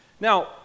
Now